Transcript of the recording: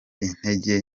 intege